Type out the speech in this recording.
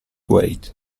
wait